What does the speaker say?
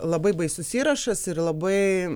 labai baisus įrašas ir labai